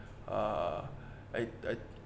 uh I I